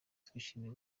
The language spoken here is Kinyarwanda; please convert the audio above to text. twishimiye